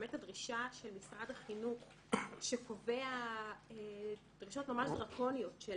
ובאמת הדרישה של משרד החינוך שקובע דרישות ממש דרקוניות של